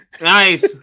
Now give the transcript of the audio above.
Nice